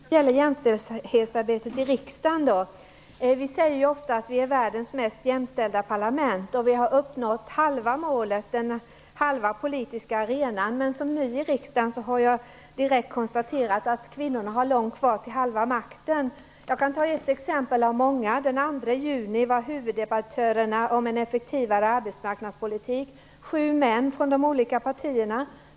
Fru talman! Jag har en fråga till jämställdhetsminister Mona Sahlin som gäller jämställdhetsarbetet i riksdagen. Vi säger ofta att vi är världens mest jämställda parlament. Vi har uppnått halva målet, halva politiska arenan. Men som ny i riksdagen har jag direkt konstaterat att kvinnorna har långt kvar till halva makten. Jag kan ta ett exempel av många. Den 2 juni var huvuddebattörerna om en effektivare arbetsmarknadspolitik 7 män från de olika partierna.